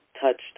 touched